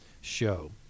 show